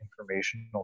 informational